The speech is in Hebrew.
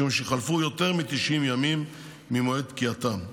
משום שחלפו יותר מ-90 ימים ממועד פקיעתם.